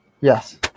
Yes